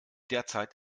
derzeit